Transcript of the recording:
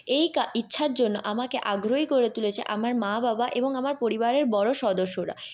এই কা ইচ্ছার জন্য আমাকে আগ্রহী করে তুলেছে আমার মা বাবা এবং আমার পরিবারের বড়ো সদস্যরা